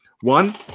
One